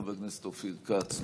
חבר הכנסת אופיר כץ,